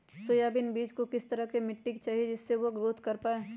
Soybean बीज को किस तरह का मिट्टी चाहिए जिससे वह ग्रोथ कर पाए?